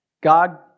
God